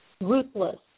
ruthless